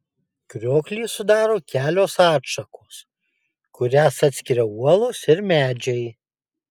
krioklį sudaro kelios atšakos kurias atskiria uolos ir medžiai